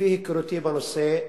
לפי היכרותי עם הנושא,